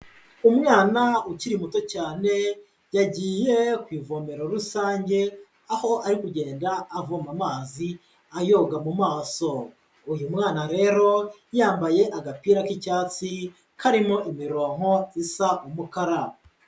Umwana ukiri muto cyane, yagiye ku ivomero rusange, aho ari kugenda avoma amazi ayoga mu maso. Uyu mwana rero yambaye agapira k'icyatsi karimo imirongo isa umukara.